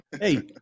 Hey